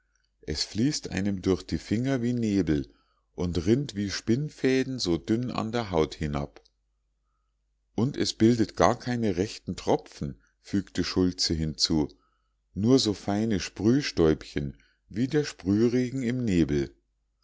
es fließt einem durch die finger wie nebel und rinnt wie spinnenfaden so dünn an der haut hinab und es bildet gar keine rechten tropfen fügte schultze hinzu nur so feine sprühstäubchen wie der sprühregen im nebel